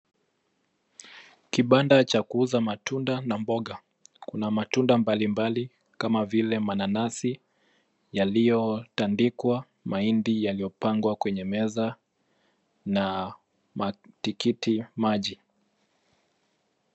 Kibanda cha kuuza matunda na mboga. Kuna matunda mbalimbali kama vile mananasi yaliyotandikwa, mahindi yaliyopangwa kwenye meza na matikiti maji.